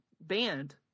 banned